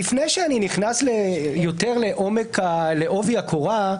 לפני שאני נכנס יותר לעובי הקורה,